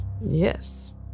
Yes